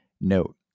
note